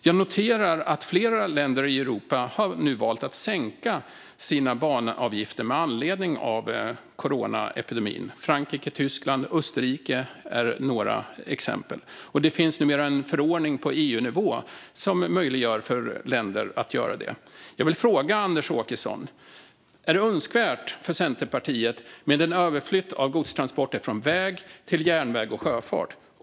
Jag noterar att flera länder i Europa nu har valt att sänka sina banavgifter med anledning av coronaepidemin. Frankrike, Tyskland och Österrike är några exempel. Det finns numera en förordning på EU-nivå som möjliggör för länder att göra det. Jag vill fråga Anders Åkesson: Är det önskvärt för Centerpartiet med en överflytt av godstransporter från väg till järnväg och sjöfart?